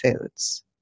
foods